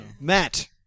Matt